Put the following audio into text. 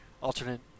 alternate